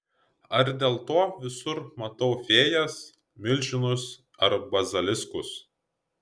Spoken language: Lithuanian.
ar dėl to visur matau fėjas milžinus ar baziliskus